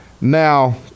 Now